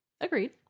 Agreed